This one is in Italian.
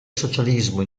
socialismo